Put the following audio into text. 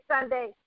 Sunday